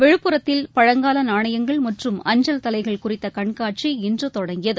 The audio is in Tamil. விழுப்புரத்தில் பழங்காலநாணயங்கள் மற்றும் அஞ்சல் தலைகள் குறித்தகண்காட்சி இன்றுதொடங்கியது